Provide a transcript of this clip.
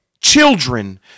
Children